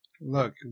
Look